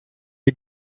you